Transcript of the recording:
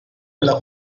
nella